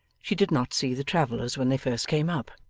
she did not see the travellers when they first came up.